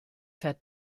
fährt